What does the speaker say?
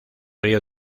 río